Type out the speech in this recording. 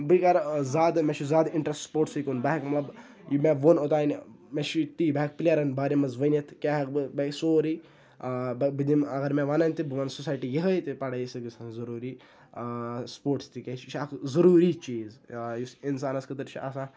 بہٕ کَرٕ زیادٕ مےٚ چھُ زیادٕ اِنٹرٛسٹ سپوٹسٕے کُن بہٕ ہٮ۪کہٕ مطلب یہِ مےٚ ووٚن اوٚتام مےٚ چھُ تی بہٕ ہٮ۪کہٕ پٕلیرَن بارے منٛز ؤنِتھ کیٛاہ ہٮ۪کہٕ بہٕ بیٚیہِ سورُے بہٕ بہٕ دِمہٕ اگر مےٚ وَنَن تہِ بہٕ وَنہٕ سوسایٹی یِہٕے تہِ پَڑٲے سۭتۍ گٔژھ آسٕنۍ ضٔروٗری سپوٹٕس تہِ کیٛازِ یہِ چھِ اَکھ ضٔروٗری چیٖز یُس اِنسانَس خٲطرٕ چھِ آسان